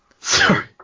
Sorry